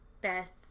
best